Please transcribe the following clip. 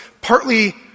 partly